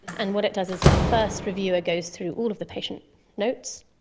and what it does is the first reviewer goes through all of the patient notes,